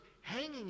hanging